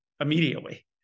immediately